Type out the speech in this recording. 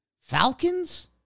Falcons